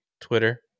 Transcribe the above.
twitter